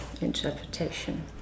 interpretation